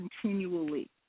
continually